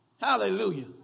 Hallelujah